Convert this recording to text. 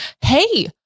Hey